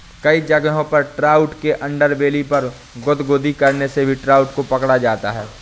कई जगहों पर ट्राउट के अंडरबेली पर गुदगुदी करने से भी ट्राउट को पकड़ा जाता है